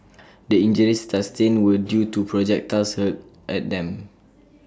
the injuries sustained were due to projectiles hurled at them